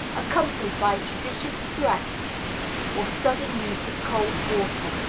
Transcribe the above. accompanied by judicious threats or sudden use of cold water.